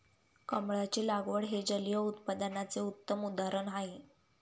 कमळाची लागवड हे जलिय उत्पादनाचे उत्तम उदाहरण आहे